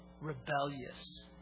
rebellious